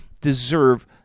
deserve